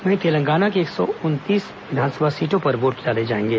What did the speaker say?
वहीं तेलंगाना के एक सौ उन्नीस विधानसभा सीटों पर वोट डाले जाएंगे